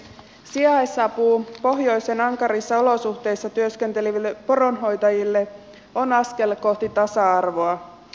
sijaisapu pohjoisen ankarissa olosuhteissa työskenteleville poronhoitajille on askel kohti tasa arvoa